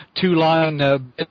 two-line